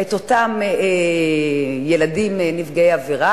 את אותם ילדים נפגעי עבירה,